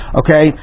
okay